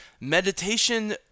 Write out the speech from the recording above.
meditation